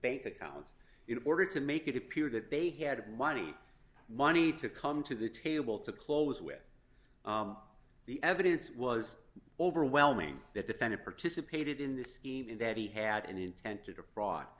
bank accounts in order to make it appear that they had money money to come to the table to close with the evidence was overwhelming that defendant participated in this scheme and that he had an intent to defraud